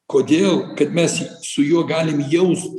kodėl kad mes su juo galim jaust